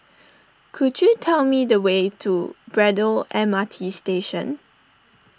could you tell me the way to Braddell M R T Station